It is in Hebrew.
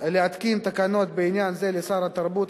להתקין תקנות בעניין זה לשר התרבות